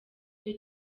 cyo